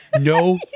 No